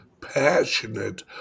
Passionate